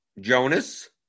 Jonas